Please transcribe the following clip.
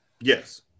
Yes